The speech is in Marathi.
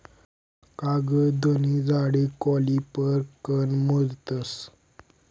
कागदनी जाडी कॉलिपर कन मोजतस